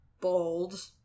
Bold